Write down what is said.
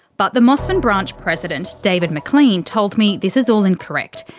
but the mosman branch president david mclean told me this is all incorrect.